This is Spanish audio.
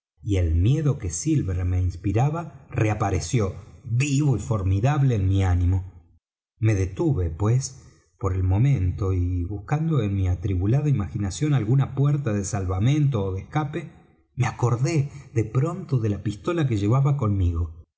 y el miedo que silver me inspiraba reapareció vivo y formidable en mi ánimo me detuve pues por el momento y buscando en mi atribulada imaginación alguna puerta de salvamento ó de escape me acordé de pronto de la pistola que llevaba conmigo